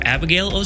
Abigail